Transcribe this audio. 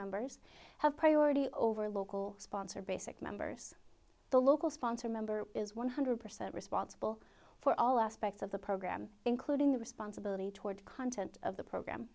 members have priority over local sponsor basic members the local sponsor member is one hundred percent responsible for all aspects of the program including the responsibility toward content of the program